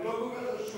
הוא לא כל כך חשוב.